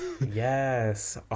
Yes